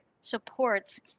supports